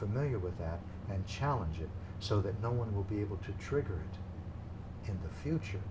familiar with that and challenge it so that no one will be able to trigger in the future